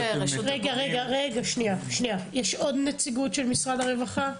יש עוד נציגות של משרד הרווחה?